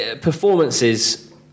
Performances